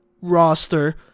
roster